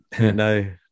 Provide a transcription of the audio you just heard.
no